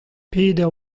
peder